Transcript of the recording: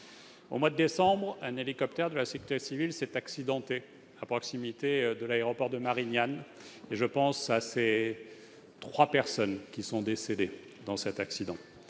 Au mois de décembre, un hélicoptère de la sécurité civile a eu un accident à proximité de l'aéroport de Marignane, et je pense à ces trois personnes qui sont décédées à cette occasion.